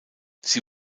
sie